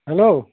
hello